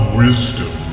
wisdom